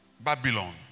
Babylon